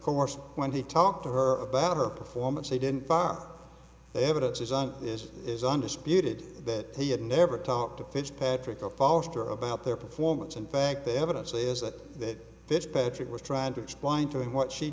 course when he talked to her about her performance they didn't buy the evidence isn't this is undisputed that he had never talked to fitzpatrick a poster about their performance in fact the evidence is that fitzpatrick was trying to explain to him what she